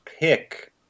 pick